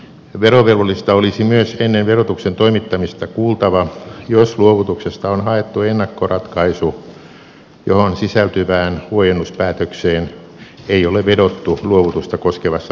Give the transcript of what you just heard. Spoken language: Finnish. verovelvollista olisi myös ennen verotuksen toimittamista kuultava jos luovutuksesta on haettu ennakkoratkaisu johon sisältyvään huojennuspäätökseen ei ole vedottu luovutusta koskevassa lahjaveroilmoituksessa